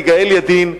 יגאל ידין.